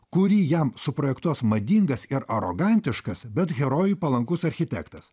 kurį jam suprojektuos madingas ir arogantiškas bet herojui palankus architektas